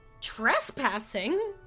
Trespassing